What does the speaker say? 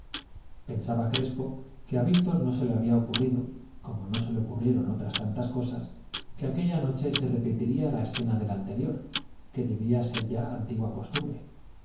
pensaba crespo que a víctor no se le había ocurrido como no se le ocurrieron otras tantas cosas que aquella noche se repetiría la escena de la anterior que debía de ser ya antigua costumbre